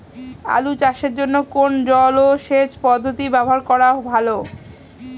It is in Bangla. আলু চাষের জন্য কোন জলসেচ পদ্ধতি ব্যবহার করা ভালো?